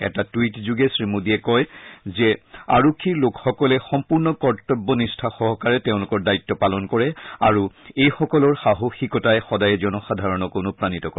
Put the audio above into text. এটা টুইটযোগে শ্ৰীমোদীয়ে কয় যে আৰক্ষীৰ লোকসকলে সম্পূৰ্ণ কৰ্তব্যনিষ্ঠা সহকাৰে তেওঁলোকৰ দায়িত্ব পালন কৰে আৰু এইসকলৰ সাহসিকতাই সদায়ে জনসাধাৰণক অনুপ্ৰাণিত কৰে